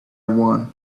one